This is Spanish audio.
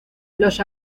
los